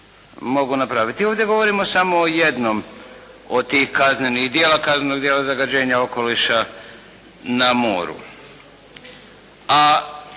mogu napraviti. Ovdje govorimo samo o jednom o tih kaznenih djela, kaznenog djela zagađenja okoliša na moru.